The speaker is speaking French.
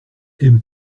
aimes